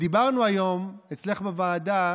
דיברנו היום אצלך בוועדה